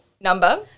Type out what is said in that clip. number